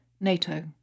NATO